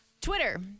twitter